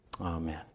Amen